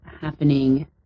happening